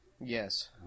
Yes